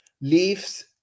leaves